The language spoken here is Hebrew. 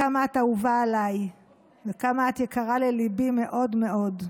כמה את אהובה עליי וכמה את יקרה לליבי מאוד מאוד.